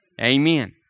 Amen